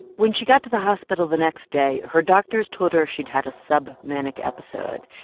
when she got to the hospital the next day, her doctors told her she'd had a submanic episode.